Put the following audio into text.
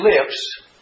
lips